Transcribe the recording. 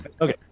Okay